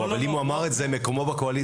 אבל אם הוא אמר את זה מקומו בקואליציה.